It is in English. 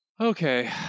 Okay